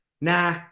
nah